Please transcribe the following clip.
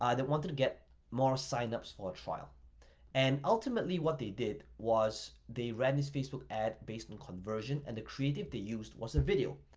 they wanted to get more sign-ups for a trial and ultimately, what they did was they ran his facebook ad based on conversion and the creative the used was a video.